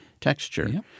texture